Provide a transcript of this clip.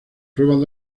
pruebas